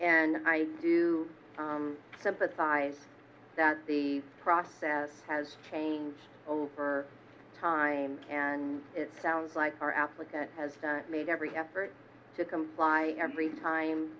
and i do sympathize that the process has changed over time and it sounds like our applicant has made every effort to comply every time